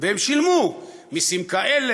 והם שילמו מסים כאלה,